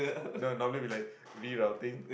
no normally we like rerouting